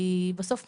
בסוף,